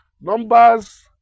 Numbers